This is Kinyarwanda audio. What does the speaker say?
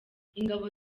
ingabo